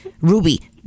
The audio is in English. Ruby